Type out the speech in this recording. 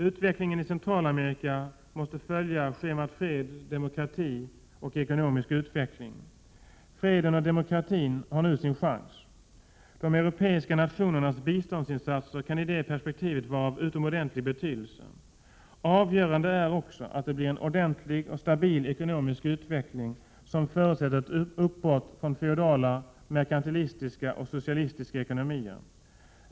Utvecklingen i Centralamerika måste följa schemat fred, demokrati och ekonomisk utveckling. Freden och demokratin har nu sin chans. De europeiska nationernas biståndsinsatser kan i det perspektivet vara av utomordentlig betydelse. Avgörande är också att det blir en ordentlig och stabil ekonomisk utveckling som förutsätter ett uppbrott från feodala, merkantilistiska och socialistiska ekonomier.